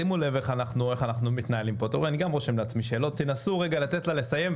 אשלים את ההתייחסות לזה.